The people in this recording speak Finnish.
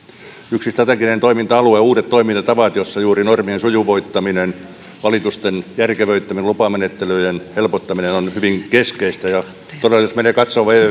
yksi strateginen toiminta alue uudet toimintatavat jossa juuri normien sujuvoittaminen valitusten järkevöittäminen ja lupamenettelyjen helpottaminen on hyvin keskeistä todella jos menee katsomaan